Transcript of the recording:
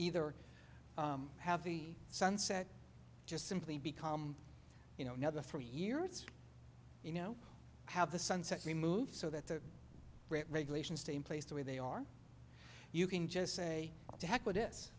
either have the sunset just simply become you know another three years you know how the sunset removes so that the regulations stay in place the way they are you can just say to heck with this